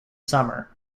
summer